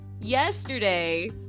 Yesterday